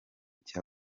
cya